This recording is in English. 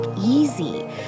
easy